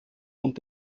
und